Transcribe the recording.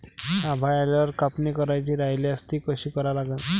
आभाळ आल्यावर कापनी करायची राह्यल्यास ती कशी करा लागन?